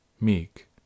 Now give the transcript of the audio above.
meek